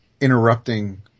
interrupting